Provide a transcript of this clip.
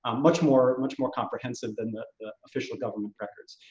ah much more much more comprehensive than the official government records.